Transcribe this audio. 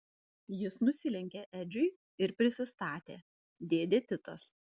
jis nusilenkė edžiui ir prisistatė dėdė titas